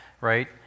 right